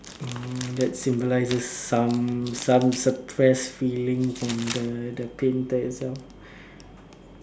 mm that symbolizes some some suppressed feeling from the the painter as well